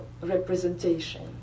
representation